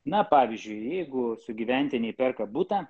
na pavyzdžiui jeigu sugyventiniai perka butą